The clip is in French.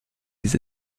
des